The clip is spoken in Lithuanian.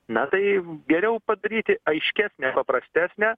na taip geriau padaryti aiškesnę paprastesnę